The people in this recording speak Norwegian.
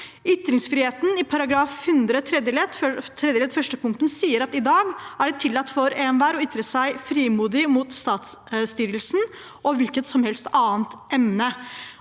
Ytringsfriheten i § 100 tredje ledd første punktum sier at i dag er det tillatt for enhver å ytre seg frimodig om statsstyret og hvilket som helst annet emne.